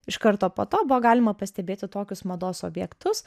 iš karto po to buvo galima pastebėti tokius mados objektus